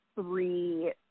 three